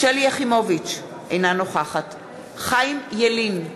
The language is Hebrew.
שלי יחימוביץ, אינה נוכחת חיים ילין,